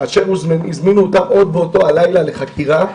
הזמינו אותם עוד באותו לילה לחקירה.